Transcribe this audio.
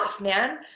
man